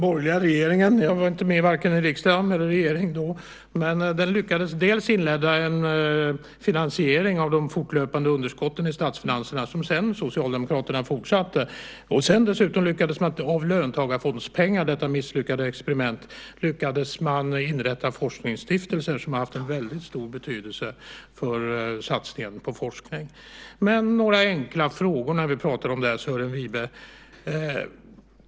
Fru talman! Jag var inte med i vare sig riksdagen eller regeringen när vi hade en borgerlig regering, men den regeringen lyckades inleda en finansiering av de fortlöpande underskotten i statsfinanserna som sedan Socialdemokraterna fortsatte, och sedan lyckades man dessutom av löntagarfondspengar - detta misslyckade experiment - inrätta forskningsstiftelser som har haft en väldigt stor betydelse för satsningar på forskning. Men jag har några enkla frågor när vi pratar om det här, Sören Wibe.